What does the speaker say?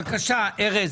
בבקשה ארז,